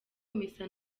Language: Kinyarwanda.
misa